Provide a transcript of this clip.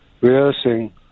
rehearsing